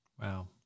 Wow